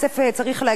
צריך להגיד,